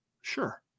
sure